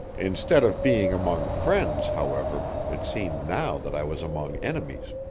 instead of being among friends, however, it seemed now that i was among enemies.